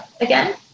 again